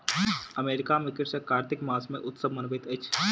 America में कृषक कार्तिक मास मे उत्सव मनबैत अछि